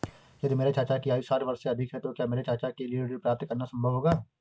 यदि मेरे चाचा की आयु साठ वर्ष से अधिक है तो क्या मेरे चाचा के लिए ऋण प्राप्त करना संभव होगा?